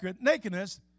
nakedness